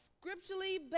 Scripturally